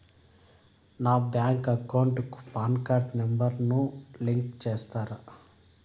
నా bank account కు PAN card number ను లింకు సేస్తారా?